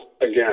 again